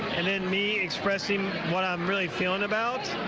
and then me expressing what i'm really feeling about.